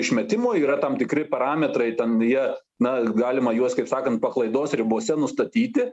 išmetimų yra tam tikri parametrai ten jie na galima juos kaip sakant paklaidos ribose nustatyti